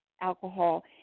alcohol